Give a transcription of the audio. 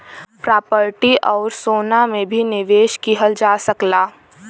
property आउर सोना में भी निवेश किहल जा सकला